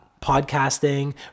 podcasting